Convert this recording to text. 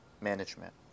management